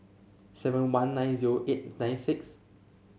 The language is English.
seven one nine zero eight nine six